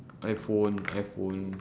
iphone iphone